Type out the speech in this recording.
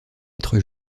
être